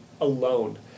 alone